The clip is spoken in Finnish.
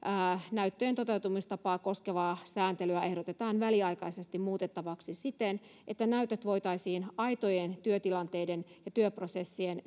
näyttöjen toteutumistapaa koskevaa sääntelyä ehdotetaan väliaikaisesti muutettavaksi siten että näytöt voitaisiin aitojen työtilanteiden ja työprosessien